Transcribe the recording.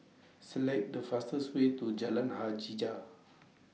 Select The fastest Way to Jalan Hajijah